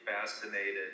fascinated